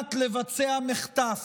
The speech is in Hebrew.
מנת לבצע מחטף,